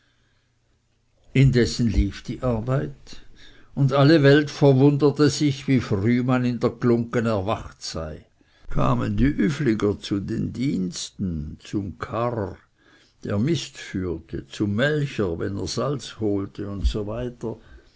indessen lief die arbeit und alle welt verwunderte sich wie früh man in der glunggen erwacht sei kamen die üfliger zu den diensten zum karrer der mist führte zum melcher wenn er salz holte usw